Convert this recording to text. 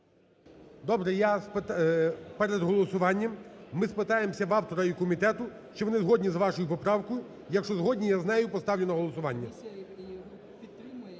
Добре. Я перед голосуванням ми спитаємося в автора і в комітету, чи вони згодні з вашою поправкою, якщо згодні, я з нею поставлю на голосування.